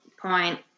point